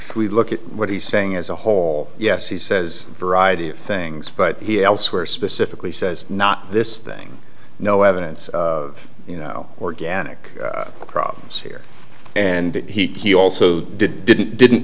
we look at what he's saying as a whole yes he says variety of things but he elsewhere specifically says not this thing no evidence of you know organic problems here and he also didn't didn't didn't